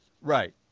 right